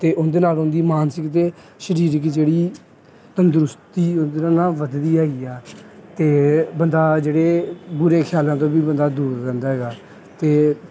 ਅਤੇ ਉਹਦੇ ਨਾਲ਼ ਉਹਨਾਂ ਦੀ ਮਾਨਸਿਕ ਅਤੇ ਸਰੀਰਕ ਜਿਹੜੀ ਤੰਦਰੁਸਤੀ ਉਹਦੇ ਨਾਲ਼ ਨਾ ਵੱਧਦੀ ਹੈਗੀ ਆ ਅਤੇ ਬੰਦਾ ਜਿਹੜੇ ਬੁਰੇ ਖਿਆਲਾਂ ਤੋਂ ਵੀ ਬੰਦਾ ਦੂਰ ਰਹਿੰਦਾ ਹੈਗਾ ਅਤੇ